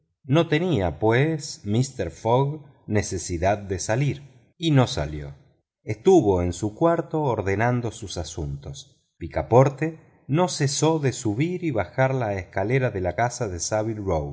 no tenía pues mister fogg necesidad de salir y no salió estuvo en su cuarto ordenando sus asuntos picaporte no cesó de subir y bajar la escalera de la casa de